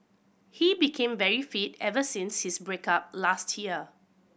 he became very fit ever since his break up last year